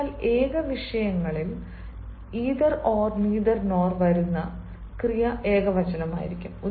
അതിനാൽ ഏകവിഷയങ്ങളിൽ either or neither nor വരുന്ന ക്രിയ ഏകവചനമായിരിക്കും